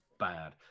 Bad